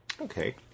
Okay